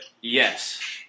Yes